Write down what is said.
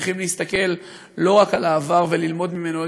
צריכים להסתכל לא רק על העבר וללמוד ממנו,